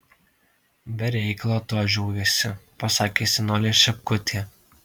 be reikalo tu ožiuojiesi pasakė senolė šepkutė